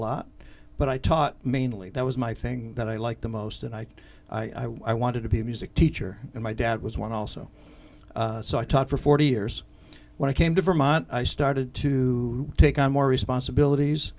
lot but i taught mainly that was my thing that i like the most and i i wanted to be a music teacher and my dad was one also so i taught for forty years when i came to vermont i started to take on more responsibilities